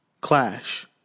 Clash